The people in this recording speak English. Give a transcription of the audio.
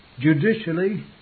Judicially